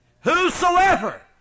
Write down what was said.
Whosoever